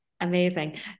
Amazing